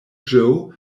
joe